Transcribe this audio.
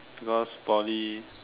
because Poly